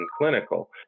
clinical